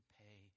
pay